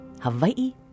Hawaii